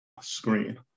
screen